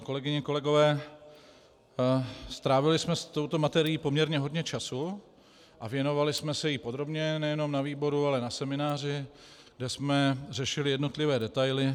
Kolegyně, kolegové, strávili jsme s touto materií poměrně hodně času a věnovali se jí podrobně nejenom na výboru, ale i na semináři, kde jsme řešili jednotlivé detaily.